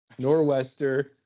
Norwester